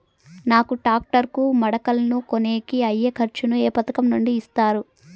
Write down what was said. నాకు టాక్టర్ కు మడకలను కొనేకి అయ్యే ఖర్చు ను ఏ పథకం నుండి ఇస్తారు?